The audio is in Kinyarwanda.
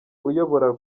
uyobora